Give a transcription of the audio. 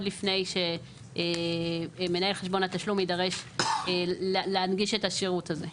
לפני שמנהל חשבון התשלום יידרש להנגיש את השירות הזה.